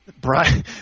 Brian